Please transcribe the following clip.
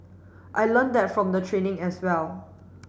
I learnt that from the training as well